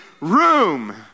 room